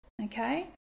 Okay